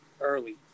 early